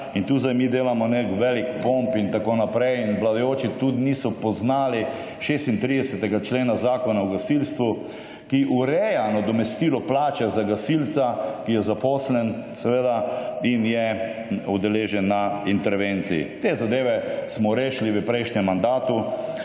in tukaj mi sedaj delamo neki velik pomp in tako naprej in vladajoči tudi niso poznali 36. člena Zakona o gasilstvu, ki ureja nadomestilo plače za gasilca, ki je zaposlen in je udeležen na intervenciji. Te zadeve smo rešili v prejšnjem mandatu,